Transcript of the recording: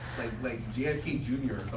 like jfk junior,